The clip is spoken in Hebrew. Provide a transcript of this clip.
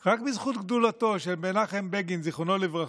רק בזכות גדולתו של מנחם בגין, זיכרונו לברכה,